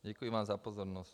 Děkuji vám za pozornost.